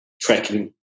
tracking